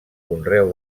conreu